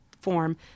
form